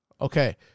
Okay